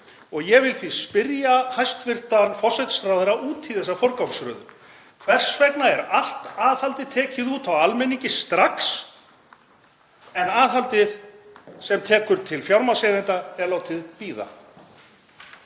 Ég vil því spyrja hæstv. forsætisráðherra út í þessa forgangsröðun: Hvers vegna er allt aðhaldið tekið út á almenningi strax en aðhaldið sem tekur til fjármagnseigenda er látið bíða?